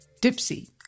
Dipsy